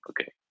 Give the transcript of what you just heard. okay